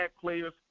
players